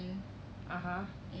(uh huh)